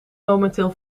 momenteel